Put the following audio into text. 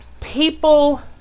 people